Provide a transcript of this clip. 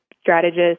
strategist